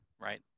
right